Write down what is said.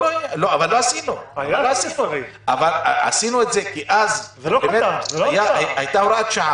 אז הייתה הוראת שעה.